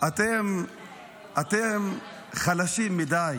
אתם חלשים מדי